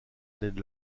ned